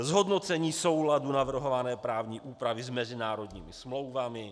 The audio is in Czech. Zhodnocení souladu navrhované právní úpravy s mezinárodními smlouvami.